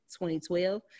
2012